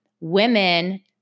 women